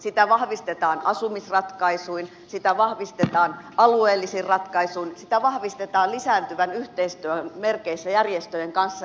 sitä vahvistetaan asumisratkaisuin sitä vahvistetaan alueellisin ratkaisuin sitä vahvistetaan lisääntyvän yhteistyön merkeissä järjestöjen kanssa